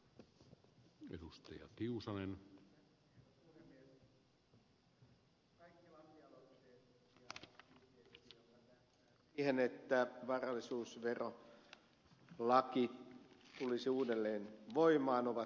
kaikki aktiviteetti ja aloitteet jotka tähtäävät siihen että varallisuusverolaki tulisi uudelleen voimaan ovat kannatettavia